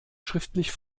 schriftlich